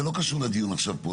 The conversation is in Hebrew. זה לא קשור לדיון עכשיו פה.